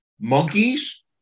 Monkeys